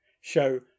show